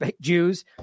Jews